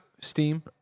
Steam